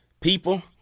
people